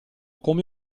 come